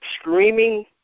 screaming